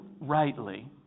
rightly